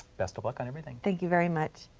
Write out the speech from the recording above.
best of luck on everything. thank you very much.